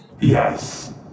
Yes